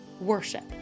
worship